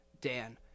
Dan